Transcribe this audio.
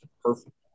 perfect